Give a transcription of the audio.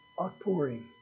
outpouring